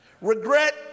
Regret